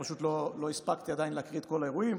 אני פשוט לא הספקתי עדיין להקריא את כל האירועים,